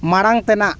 ᱢᱟᱲᱟᱝ ᱛᱮᱱᱟᱜ